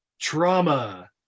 trauma